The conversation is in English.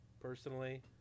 personally